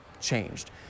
changed